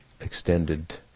extended